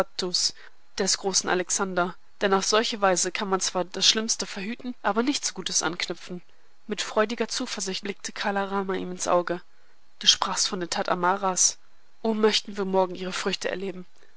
des großen alexander denn auf solche weise kann man zwar das schlimmste verhüten aber nichts gutes anknüpfen mit freudiger zuversicht blickte kala rama ihm ins auge du sprachst von der tat amaras o möchten wir morgen ihre früchte erleben